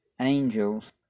angels